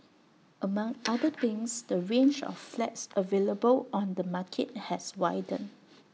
among other things the range of flats available on the market has widened